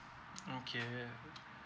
okay